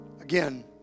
again